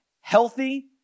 healthy